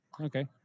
Okay